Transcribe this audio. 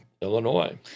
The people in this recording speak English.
Illinois